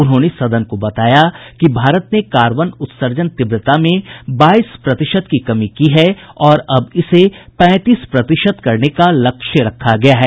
उन्होंने सदन को बताया कि भारत ने कार्बन उत्सर्जन तीव्रता में बाईस प्रतिशत की कमी की है और अब इसे पैंतीस प्रतिशत करने का लक्ष्य रखा गया है